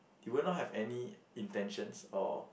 he would not have any intentions or